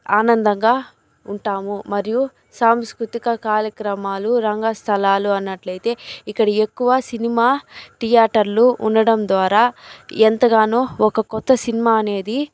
ఆనందంగా ఉంటాము మరియు సాంస్కృతిక కార్యక్రమాలు రంగస్థలాలు అన్నట్లయితే ఇక్కడ ఎక్కువ సినిమా థియేటర్లు ఉండడం ద్వారా ఎంతగానో ఒక కొత్త సినిమా అనేది